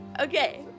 Okay